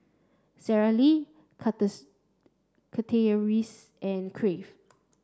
Sara Lee Chateraise and Crave